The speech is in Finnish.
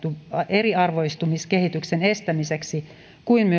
eriarvoistumiskehityksen estämiseksi kuin